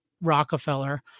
Rockefeller